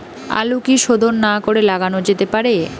আলু কি শোধন না করে লাগানো যেতে পারে?